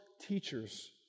teachers